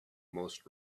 most